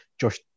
Josh